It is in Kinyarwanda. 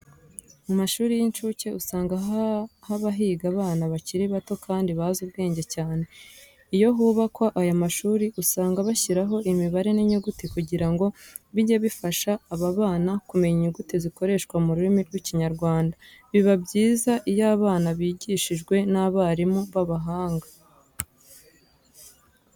Mu mashuri y'incuke usanga haba higa abana bakiri bato kandi bazi ubwenge cyane. Iyo hubakwa aya mashuri usanga bashyiraho imibare n'inyuguti kugira ngo bijye bifasha aba bana kumenya inyuguti zikoreshwa mu rurimi rw'Ikinyarwanda. Biba byiza iyo abana bigishijwe n'abarimu b'abahanga.